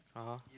(uh huh)